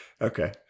Okay